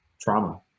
trauma